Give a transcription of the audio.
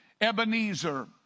Ebenezer